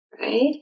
right